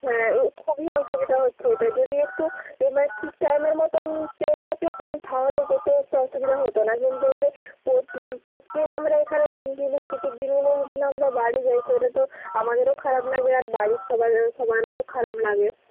হ্যাঁ ও খুবই অসুবিধা হচ্ছে এটা যদি একটু এমা ঠিক টাইমের মতোন ট্রেনটা পেতাম তাহলে যেতে একটা অসুবিধা হতো না কিন্তু এবারে প নম্বরের এখানে ছুটির দিনগুলো কিন্তু না আমরা বাড়ি যাই সেটা তো আমাদেরও খারাপ লাগবে আর বাড়ির সবার সবারও খারাপ লাগে